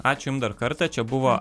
ačiū jum dar kartą čia buvo